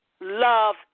love